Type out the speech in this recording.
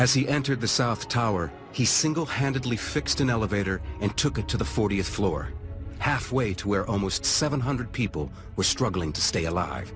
as he entered the south tower he single handedly fixed an elevator and took it to the fortieth floor halfway to where almost seven hundred people were struggling to stay alive